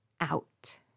out